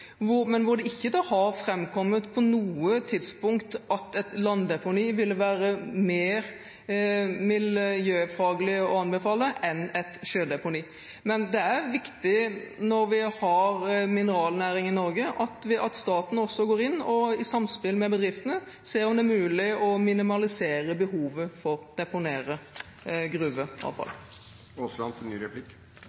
hvor det ikke har framkommet på noe tidspunkt at et landdeponi ville være mer miljøfaglig å anbefale enn et sjødeponi. Men det er viktig når vi har mineralnæring i Norge, at staten også går inn og i samspill med bedriftene ser om det er mulig å minimalisere behovet for å deponere gruveavfall.